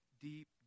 deep